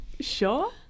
Sure